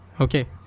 Okay